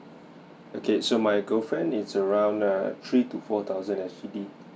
okay so my girlfriend is around err three to four thousand S G D